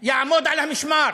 יעמוד על המשמר,